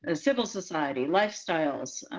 ah civil society, lifestyles,